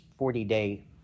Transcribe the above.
40-day